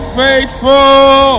faithful